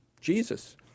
Jesus